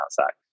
outside